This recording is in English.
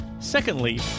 Secondly